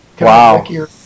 Wow